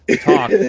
talk